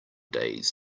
days